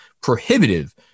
prohibitive